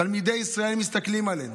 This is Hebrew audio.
תלמידי ישראל מסתכלים עלינו,